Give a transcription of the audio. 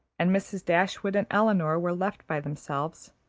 and mrs. dashwood and elinor were left by themselves,